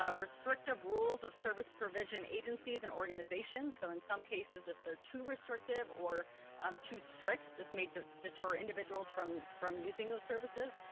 ah restrictive rules of service provision agencies and organization. so in some cases, if they're too restrictive or too strict, this may deter individuals from from using those services.